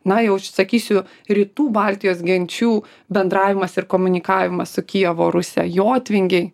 na jau sakysiu rytų baltijos genčių bendravimas ir komunikavimas su kijevo rusia jotvingiai